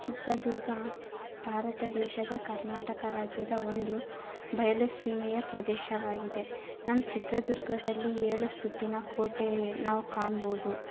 ಚಿತ್ರದುರ್ಗ ಭಾರತ ದೇಶದ ಕರ್ನಾಟಕ ರಾಜ್ಯದ ಒಂದು ಬಯಲುಸೀಮೆಯ ಪ್ರದೇಶವಾಗಿದೆ ನಮ್ಮ ಚಿತ್ರದುರ್ಗದಲ್ಲಿ ಏಳುಸುತ್ತಿನ ಕೋಟೆ ನಾವು ಕಾಣ್ಬೋದು